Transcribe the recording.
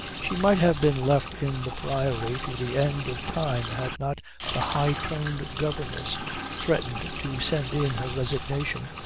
she might have been left in the priory to the end of time had not the high-toned governess threatened to send in her resignation.